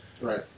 Right